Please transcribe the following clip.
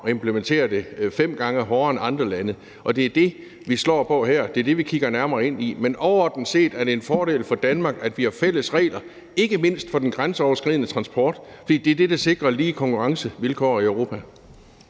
og implementerer det fem gange hårdere end andre lande. Det er det, vi slår på her, og det er det, vi kigger nærmere ind i. Men overordnet set er det en fordel for Danmark, at vi har fælles regler ikke mindst for den grænseoverskridende transport, fordi det er det, der sikrer lige konkurrencevilkår i Europa.